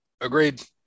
Agreed